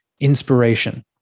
inspiration